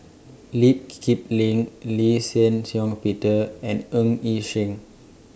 Lee Kip Lin Lee Shih Shiong Peter and Ng Yi Sheng